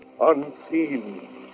unseen